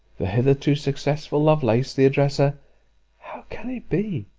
the hitherto successful lovelace, the addresser how can it be?